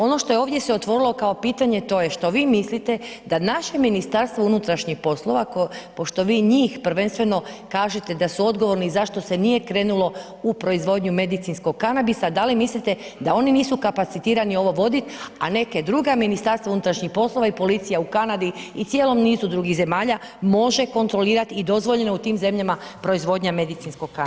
Ono što je ovdje se otvorilo kao pitanje to je što vi mislite da naše Ministarstvo unutrašnjih poslova, pošto vi njih prvenstveno kažete da su odgovorni i zašto se nije krenulo u proizvodnju medicinskog kanabisa, da li mislite da oni nisu kapacitirani ovo vodit, a neka druga Ministarstva unutrašnjih poslova i policija u Kanadi i cijelom nizu drugih zemalja može kontrolirat i dozvoljeno je u tim zemljama proizvodnja medicinskog kanabisa?